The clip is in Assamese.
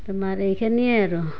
তোমাৰ এইখিনিয়ে আৰু